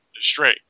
straight